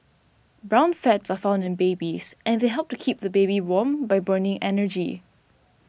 brown fats are found in babies and they help to keep the baby warm by burning energy